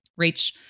rach